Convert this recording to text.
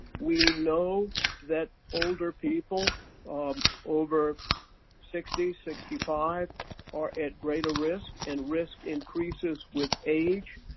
we know that older people um over sixty sixty five are at greater risk, and risk increases with age,